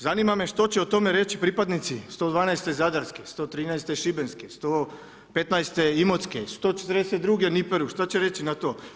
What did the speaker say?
Zanima me što će o tome reći pripadnici 112. zadarske, 113. šibenske, 115. imotske, 142. … što će reći na to.